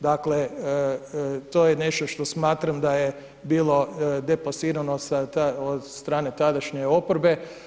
Dakle to je nešto što smatram da je bilo deplasirano od strane tadašnje oporbe.